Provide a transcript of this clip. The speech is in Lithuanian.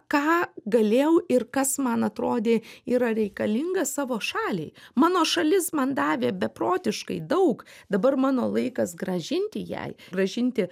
ką galėjau ir kas man atrodė yra reikalinga savo šaliai mano šalis man davė beprotiškai daug dabar mano laikas grąžinti jai grąžinti